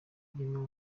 irimo